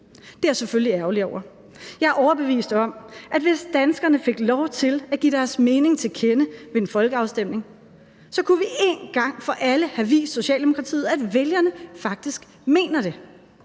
Det er jeg selvfølgelig ærgerlig over. Jeg er overbevist om, at hvis danskerne fik lov til at give deres mening til kende ved en folkeafstemning, kunne vi en gang for alle have vist Socialdemokratiet, at vælgerne faktisk mener det.